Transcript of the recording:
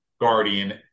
guardian